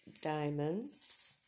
Diamonds